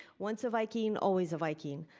once a viking always a viking.